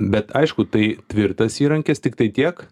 bet aišku tai tvirtas įrankis tiktai tiek